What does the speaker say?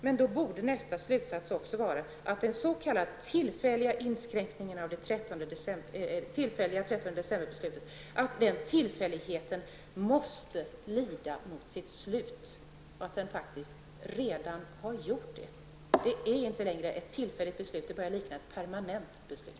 Men då borde nästa slutsats vara att det s.k. tillfälliga 13 december-beslutet måste lida mot sitt slut eller att det faktiskt redan har gjort det. Det är inte längre ett tillfälligt beslut. Det börjar likna ett permanent beslut.